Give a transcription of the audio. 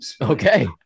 Okay